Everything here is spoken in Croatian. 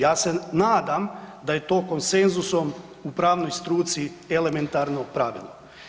Ja se nadam da je to konsenzusom u pravnoj struci elementarno pravilo.